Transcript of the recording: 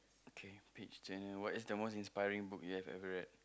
kay page turn what is the most inspiring book you've ever read